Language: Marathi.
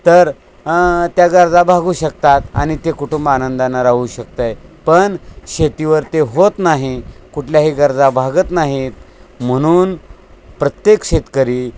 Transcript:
तर त्या गरजा भागू शकतात आणि ते कुटुंब आनंदानं राहू शकतं आहे पण शेतीवर ते होत नाही कुठल्याही गरजा भागत नाहीत म्हणून प्रत्येक शेतकरी